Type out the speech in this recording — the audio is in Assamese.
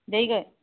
দেৰিকৈ